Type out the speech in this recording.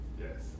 Yes